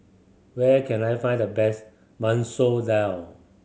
where can I find the best Masoor Dal